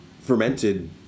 fermented